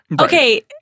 okay